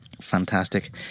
Fantastic